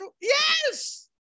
Yes